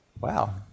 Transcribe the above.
Wow